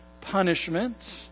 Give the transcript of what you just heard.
punishment